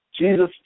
Jesus